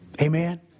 Amen